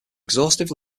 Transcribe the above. exhaustive